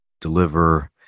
deliver